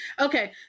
Okay